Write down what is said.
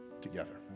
together